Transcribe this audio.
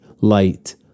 light